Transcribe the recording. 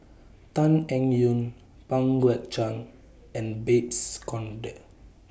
Tan Eng Yoon Pang Guek Cheng and Babes Conde